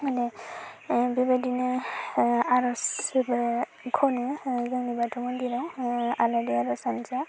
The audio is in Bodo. माने बेबायदिनो आर'जफोरबो ख'नो जोंनि बाथौ मन्दिराव आलारि आर'ज हान्जा